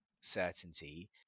certainty